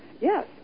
Yes